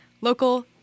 local